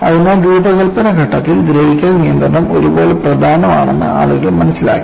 അതിനാൽ രൂപകൽപ്പന ഘട്ടത്തിൽ ദ്രവിക്കൽ നിയന്ത്രണം ഒരുപോലെ പ്രധാനമാണെന്ന് ആളുകൾ മനസ്സിലാക്കി